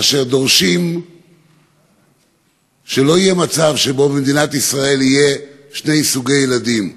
אשר דורשים שלא יהיה במדינת ישראל מצב שבו יהיו שני סוגי ילדים: